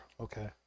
Okay